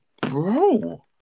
bro